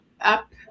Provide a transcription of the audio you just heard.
up